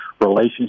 relationship